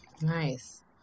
nice